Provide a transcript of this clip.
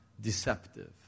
deceptive